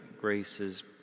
graces